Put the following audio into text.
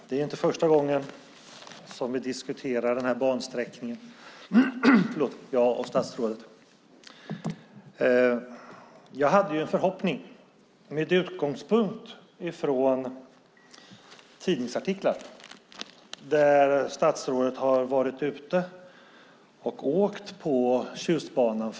Fru talman! Det är inte första gången statsrådet och jag diskuterar bansträckningen. Jag hade en förhoppning med utgångspunkt från tidningsartiklar. För en knapp månad sedan var statsrådet ute och åkte på Tjustbanan.